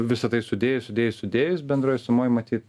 visa tai sudėjus sudėjus sudėjus bendroj sumoj matyt